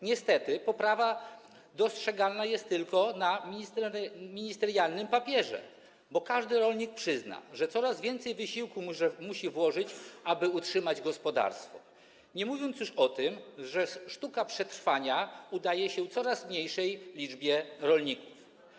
Niestety poprawa dostrzegalna jest tylko na ministerialnym papierze, bo każdy rolnik przyzna, że coraz więcej wysiłku musi włożyć, aby utrzymać gospodarstwo, nie mówiąc już o tym, że sztuka przetrwania udaje się coraz mniejszej liczbie rolników.